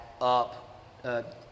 up –